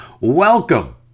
welcome